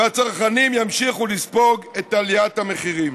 והצרכנים ימשיכו לספוג את עליית המחירים.